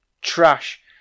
trash